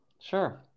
Sure